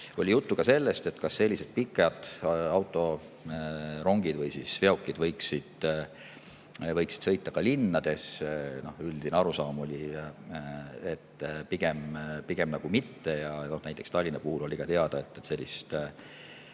Oli juttu ka sellest, kas sellised pikad autorongid või veokid võiksid sõita ka linnades. Üldine arusaam oli, et pigem mitte. Näiteks Tallinna puhul oli ka teada, et sellist